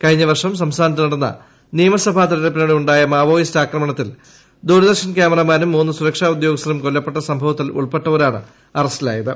കഴിഞ്ഞ വർഷം സംസ്ഥാനത്ത് നടന്ന നിയമസഭാ തെരഞ്ഞെടുപ്പിനിടെ ഉണ്ടായ മാവോയിസ്റ്റ് ആക്രമണത്തിൽ ദൂരദർശൻ ക്യാമറാമാനും മൂന്ന് സുരക്ഷാ ഉദ്യോഗസ്ഥരും കൊല്ലപ്പെട്ട സംഭവത്തിൽ ഉൾപ്പെട്ടവരാണ് അറസ്റ്റിലായത്